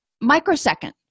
microsecond